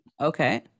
Okay